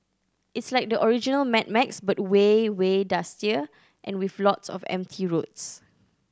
it's like the original Mad Max but way way dustier and with lots of empty roads